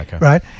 right